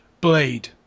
blade